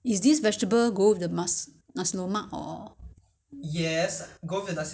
but radish radish how do you want to cook it 你是要拿去蒸的还是什么